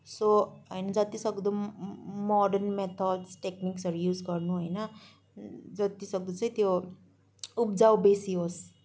so होइन जति सक्दो मो मोडर्न मेथोड्स टेक्निक्सहरू युज गर्नु होइन जति सक्दो चाहिँ त्यो उब्जाऊ बेसी होस्